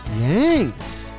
Yanks